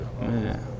Man